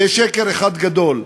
זה שקר אחד גדול,